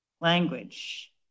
language